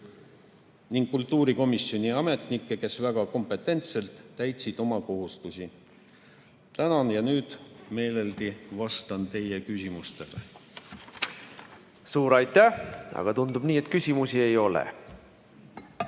ning kultuurikomisjoni ametnikke, kes väga kompetentselt täitsid oma kohustusi. Tänan! Ja nüüd meeleldi vastan teie küsimustele. Suur aitäh! Aga tundub nii, et küsimusi ei ole.